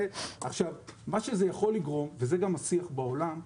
זה יכול לגרום לכך,